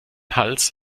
hals